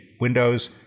Windows